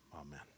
amen